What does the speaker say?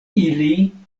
ili